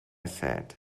said